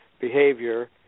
behavior